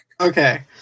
Okay